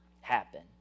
happen